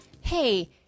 Hey